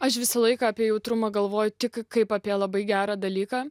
aš visą laiką apie jautrumą galvoju tik kaip apie labai gerą dalyką